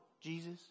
Jesus